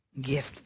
gift